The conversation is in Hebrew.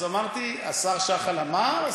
אז אמרתי: השר שחל אמר.